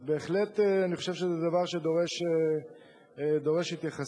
אז בהחלט אני חושב שזה דבר שדורש התייחסות.